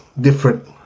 different